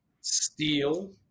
Steel